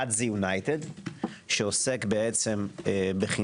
אחד זה יונייטד שעוסק בחינוך